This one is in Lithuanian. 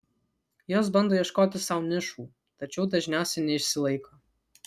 jos bando ieškoti sau nišų tačiau dažniausiai neišsilaiko